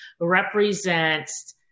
represents